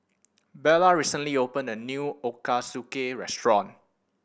Bella recently opened a new Ochazuke restaurant